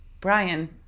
Brian